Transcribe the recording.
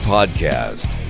Podcast